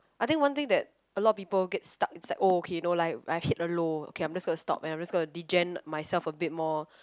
I think one thing that a lot of people get stuck it's like oh okay you know like I hit a low okay I'm just gonna stop and I'm just gonna degen myself a bit more